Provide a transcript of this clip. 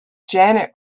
janet